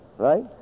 Right